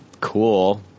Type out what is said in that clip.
cool